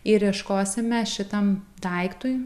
ir ieškosime šitam daiktui